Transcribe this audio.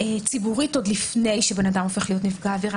ציבורית עוד לפני שאדם הופך להיות נפגע עבירה.